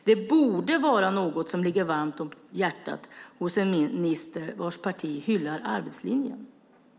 Det borde vara något som ligger en minister vars parti hyllar arbetslinjen varmt om hjärtat, eller hur?